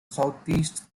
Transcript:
southeast